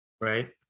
right